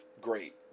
great